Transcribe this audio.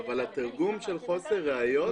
ולהביא את כל מכלול הנתונים בהקשר הזה במסמך.